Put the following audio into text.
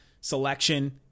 selection